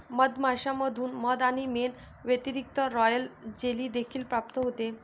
मधमाश्यांमधून मध आणि मेण व्यतिरिक्त, रॉयल जेली देखील प्राप्त होते